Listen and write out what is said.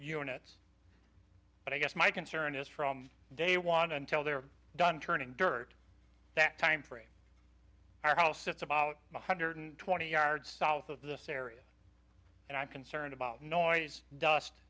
units but i guess my concern is from day one until they're done turning dirt that timeframe our house it's about one hundred twenty yards south of this area and i'm concerned about noise dust